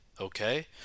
Okay